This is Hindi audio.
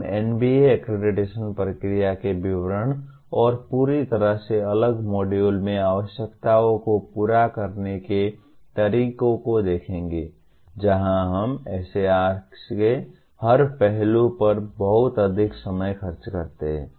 हम NBA अक्रेडिटेशन प्रक्रिया के विवरण और पूरी तरह से अलग मॉड्यूल में आवश्यकताओं को पूरा करने के तरीके को देखेंगे जहां हम SAR के हर पहलू पर बहुत अधिक समय खर्च करते हैं